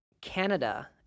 Canada